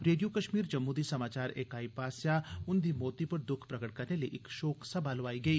radio Kashmir Jammu दी समाचार इकाई पास्सेआ उंदी मौती पर दुख प्रगट करने लेई इक शोक सभा लोआई गेई